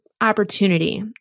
opportunity